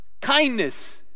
kindness